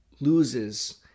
loses